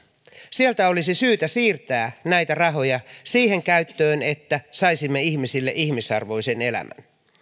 sieltä olisi syytä siirtää näitä rahoja siihen käyttöön että saisimme ihmisille ihmisarvoisen elämän